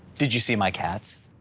did you see my cats?